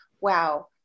wow